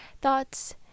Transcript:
thoughts